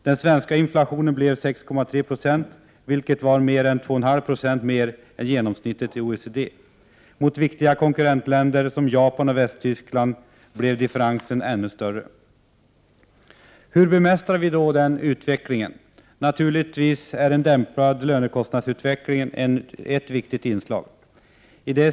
Den svenska inflationen blev 6,3 96, vilket var drygt 2,5 90 mer än genomsnittet i OECD. Mot viktiga konkurrentländer som Japan och Västtyskland blev differensen ännu större. Hur bemästrar vi då denna utveckling? Naturligtvis är en dämpad lönekostnadsutvecking ett viktigt inslag.